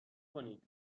کنید